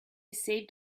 saved